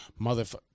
motherfucker